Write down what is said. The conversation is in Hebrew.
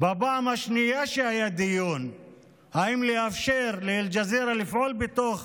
בפעם השנייה שהיה דיון אם לאפשר לאל-ג'זירה לפעול בתוך